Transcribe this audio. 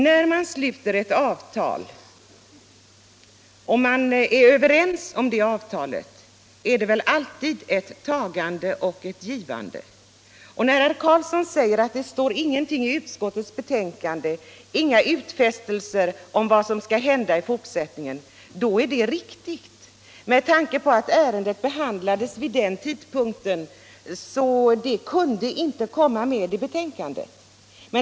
När man är överens om att sluta ett avtal är det väl alltid fråga om ett tagande och ett givande. Herr Carlsson säger att det i utskottsbetänkandet inte står något om några utfästelser i framtiden och det är riktigt. Vid den tidpunkt då ärendet behandlades i utskottet kunde man inte säga mer än vad som nu står i betänkandet.